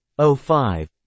05